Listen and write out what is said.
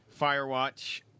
Firewatch